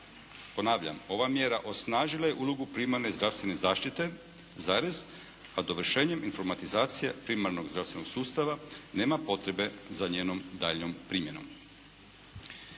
Ponavljam, ova mjera osnažila je ulogu primarne zdravstvene zaštite, a dovršenjem informatizacije primarnog zdravstvenog sustava nema potrebe za njenom daljnjom primjenom.